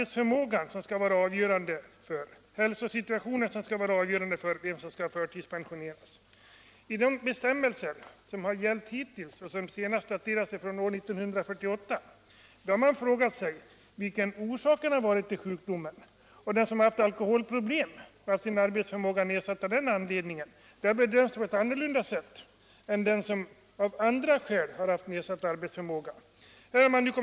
Tidigare har hälsotillståndet varit avgörande för beviljande av förtidspension. Enligt de bestämmelser som gällt hittills och som daterar sig från år 1948 har man frågat sig vilken orsaken till sjukdomen varit. Den som på grund av alkoholmissbruk fått sin arbetsförmåga nedsatt har bedömts på ett annorlunda sätt en den som av andra skäl haft nedsatt arbetsförmåga.